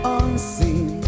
unseen